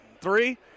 three